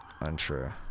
untrue